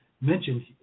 mentioned